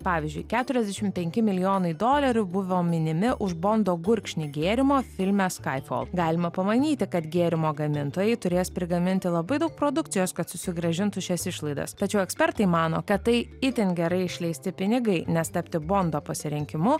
pavyzdžiui keturiasdešimt penki milijonai dolerių buvo minimi už bondo gurkšnį gėrimo filme skaipo galima pamanyti kad gėrimo gamintojai turės prigaminti labai daug produkcijos kad susigrąžintų šias išlaidas tačiau ekspertai mano kad tai itin gerai išleisti pinigai nes tapti bondo pasirinkimu